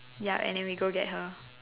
ya and then we go get her